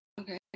Okay